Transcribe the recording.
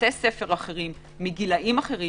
מבתי ספר אחרים, מגילאים אחרים